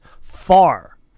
far